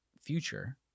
future